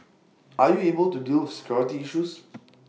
are you able to deal with security issues